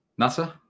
NASA